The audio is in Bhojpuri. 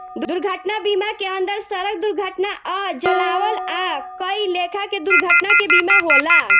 दुर्घटना बीमा के अंदर सड़क दुर्घटना आ जलावल आ कई लेखा के दुर्घटना के बीमा होला